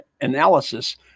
analysis